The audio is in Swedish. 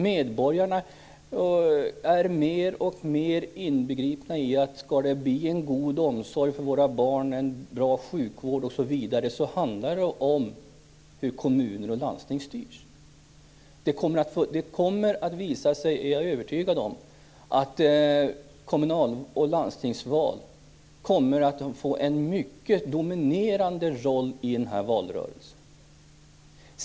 Medborgarna blir alltmer inbegripna i att det, för att det skall bli en god omsorg, en bra sjukvård osv., handlar om hur kommuner och landsting styrs. Jag är övertygad om att det kommer att visa sig att kommunal och landstingsvalen får en mycket dominerande roll i den här valrörelsen.